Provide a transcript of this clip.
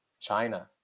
China